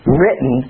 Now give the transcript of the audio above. written